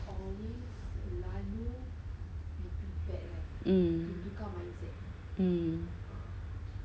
um mm um